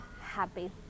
happy